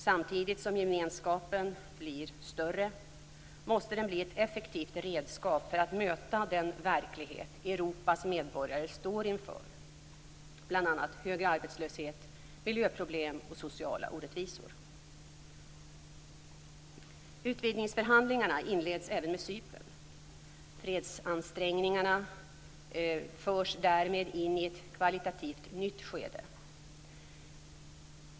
Samtidigt som gemenskapen blir större måste den bli ett effektivt redskap för att möta den verklighet Europas medborgare står inför, bl.a. hög arbetslöshet, miljöproblem och sociala orättvisor. Utvidgningsförhandlingar inleds även med Cypern. Fredsansträngningarna förs därmed in i ett kvalitativt nytt skede.